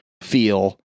feel